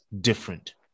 different